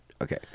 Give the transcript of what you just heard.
Okay